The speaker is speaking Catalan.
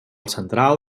central